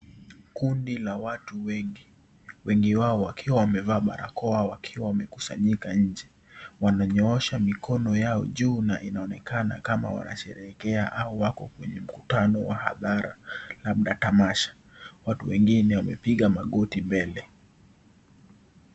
Kundi la watu wengi, wengi wao wakiwa wamevaa barakoa wakiwa wamekusanyika nje wananyoosha mikono yao juu na inaonekana kama wanasherehekea au wako kwenye mkutano wa hadhara labda tamasha watu wengine wamepiga magoti mbele.